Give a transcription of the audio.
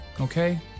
okay